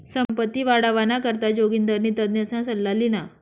संपत्ती वाढावाना करता जोगिंदरनी तज्ञसना सल्ला ल्हिना